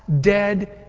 dead